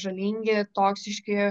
žalingi toksiški